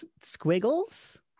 squiggles